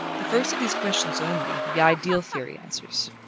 the first of these questions only, the ideal theory answers.